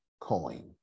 coin